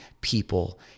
people